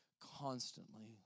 constantly